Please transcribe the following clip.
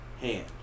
hand